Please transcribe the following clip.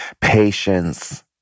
patience